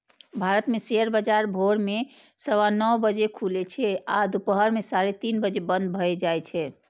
भारत मे शेयर बाजार भोर मे सवा नौ बजे खुलै छै आ दुपहर मे साढ़े तीन बजे बंद भए जाए छै